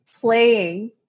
playing